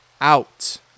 out